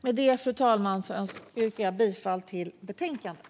Med det yrkar jag bifall till utskottets förslag i betänkandet.